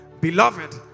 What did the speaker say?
Beloved